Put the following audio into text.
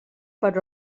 per